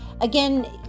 again